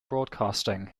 broadcasting